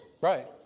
right